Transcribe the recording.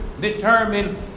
determine